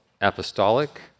apostolic